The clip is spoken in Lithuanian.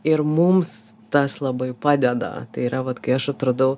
ir mums tas labai padeda tai yra vat kai aš atradau